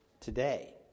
today